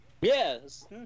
Yes